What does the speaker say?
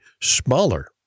smaller